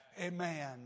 Amen